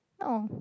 oh